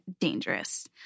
dangerous